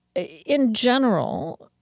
in general,